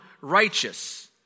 righteous